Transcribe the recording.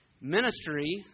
Ministry